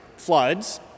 Floods